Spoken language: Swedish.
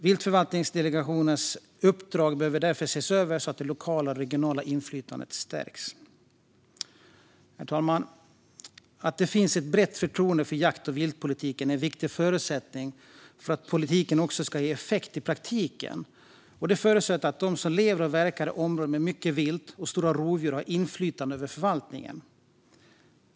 Viltförvaltningsdelegationernas uppdrag behöver därför ses över så att det lokala och regionala inflytandet stärks. Herr talman! Ett brett förtroende för jakt och viltpolitiken är en viktig förutsättning för att politiken ska ge effekt i praktiken. Det förutsätter att de som lever och verkar i områden med mycket vilt och stora rovdjur har inflytande över förvaltningen.